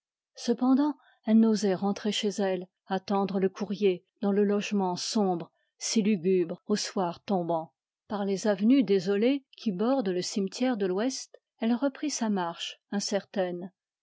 cependant elle n'osait rentrer chez elle dans l'atelier si lugubre au soir tombant par les avenues qui bordent le cimetière de l'ouest elle reprit sa marche incertaine